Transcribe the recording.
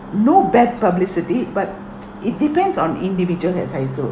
no bad publicity but it depends on individual as I so